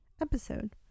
episode